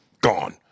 Gone